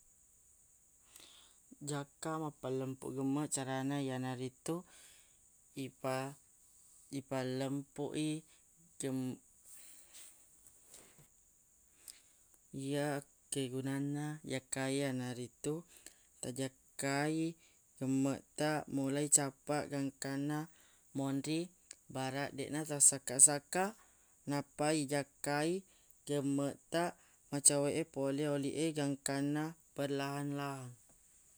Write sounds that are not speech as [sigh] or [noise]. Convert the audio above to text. Jakka mappalempu gemmeq carana yanaritu ipa- ifalempuq i gem- [hesitation] yakkegunanna jakka e yanaritu tajakka i gemmeq taq mulai cappaq gangkanna monri baraq deq na tasakka-sakka nappa i jakka i gemmeq taq macowe e pole ri oli e gangkanna perlahan-lahan.